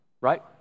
Right